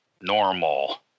normal